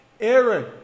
Aaron